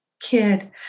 kid